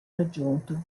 raggiunto